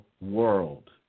world